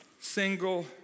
single